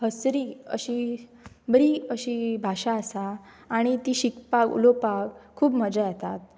हसरी अशी बरी अशी भाशा आसा आनी ती शिकपाक उलोवपाक खूब मजा येतात